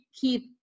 keep